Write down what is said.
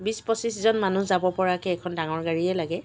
বিশ পঁচিছজন মানুহ যাব পৰাকৈ এখন ডাঙৰ গাড়ীয়ে লাগে